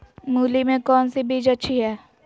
मूली में कौन सी बीज अच्छी है?